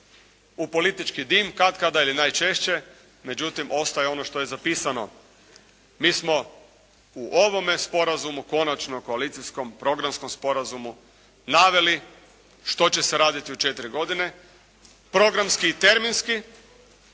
u politički dim katkada ili najčešće. Međutim, ostaje ono što je zapisano. Mi smo u ovome sporazumu konačno, koalicijskom programskom sporazumu naveli što će se raditi u četiri godine programski i terminski.